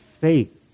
faith